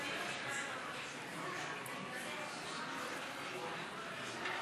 של חברת הכנסת שולי מועלם-רפאלי: 47 בעד,